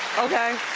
okay.